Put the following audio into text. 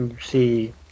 see